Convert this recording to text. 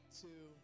two